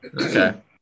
Okay